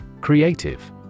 Creative